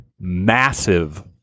massive